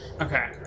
Okay